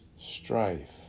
strife